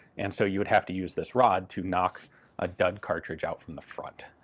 and so you would have to use this rod to knock a dud cartridge out from the front.